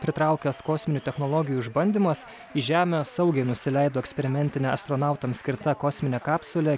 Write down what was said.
pritraukęs kosminių technologijų išbandymas į žemę saugiai nusileido eksperimentinę astronautams skirtą kosminę kapsulę